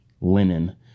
linen